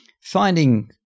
finding